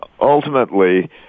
ultimately